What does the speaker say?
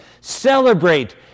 celebrate